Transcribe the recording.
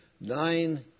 Nine